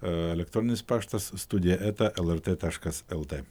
elektroninis paštas studija eta lrt taškas lt